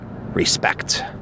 Respect